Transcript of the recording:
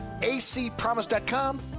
acpromise.com